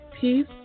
Peace